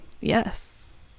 Yes